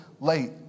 late